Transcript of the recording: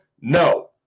No